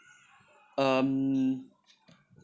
um